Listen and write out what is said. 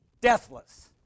Deathless